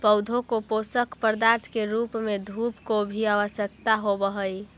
पौधों को पोषक पदार्थ के रूप में धूप की भी आवश्यकता होवअ हई